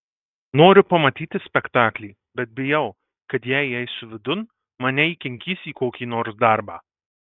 noriu pamatyti spektaklį bet bijau kad jei įeisiu vidun mane įkinkys į kokį nors darbą